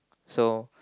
so